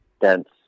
dense